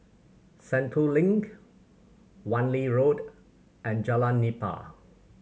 Sentul Link Wan Lee Road and Jalan Nipah